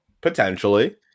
Potentially